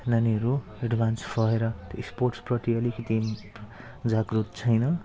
नानीहरू एडभान्स भएर त्यो स्पोर्ट्स प्रति अलिकति जागरुक छैन